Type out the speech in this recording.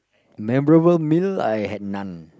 memorable meal I had none